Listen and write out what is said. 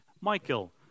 Michael